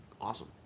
Awesome